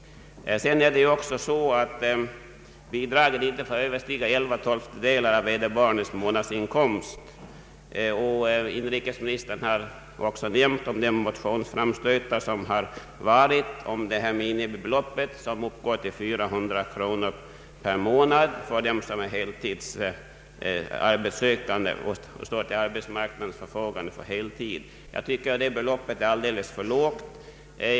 Bidragen får inte överstiga elva tolftedelar av vederbörandes månadsinkomst. Inrikesministern har också nämnt om de motionsframstötar som har gjorts om minimibeloppet som uppgår till 400 kronor per månad för dem som står till arbetsmarknadens förfogande för heltidsarbete. Jag tycker att detta belopp är alldeles för lågt.